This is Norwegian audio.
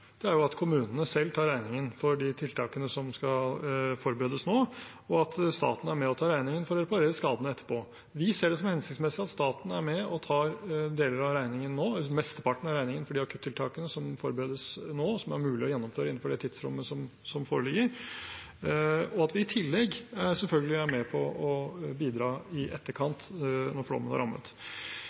er at kommunene selv tar regningen for de tiltakene som skal forberedes nå, og at staten er med og tar regningen for å reparere skadene etterpå. Vi ser det som hensiktsmessig at staten er med og tar mesteparten av regningen for de akuttiltakene som forberedes nå, og som er mulig å gjennomføre innenfor det tidsrommet som foreligger, og at vi i tillegg selvfølgelig er med på å bidra i etterkant, når flommen har rammet.